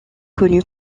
connu